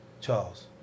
Charles